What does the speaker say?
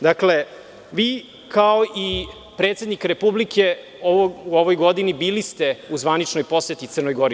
Dakle, vi kao i predsednik Republike u ovoj godini bili ste u zvaničnoj poseti Crnoj Gori.